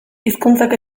hizkuntzak